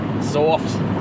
Soft